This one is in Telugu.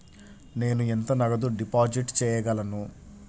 నేను ఎంత నగదు డిపాజిట్ చేయగలను?